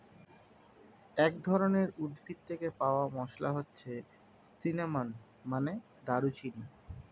এক ধরনের উদ্ভিদ থেকে পাওয়া মসলা হচ্ছে সিনামন, মানে দারুচিনি